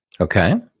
Okay